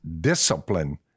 discipline